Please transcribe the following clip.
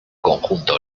conjunto